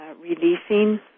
releasing